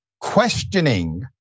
Questioning